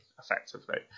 effectively